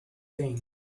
things